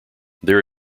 there